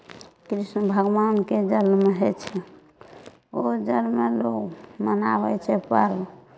कृष्ण भगवानके जन्म होइ छै ओ जन्ममे लोक मनाबै छै पर्व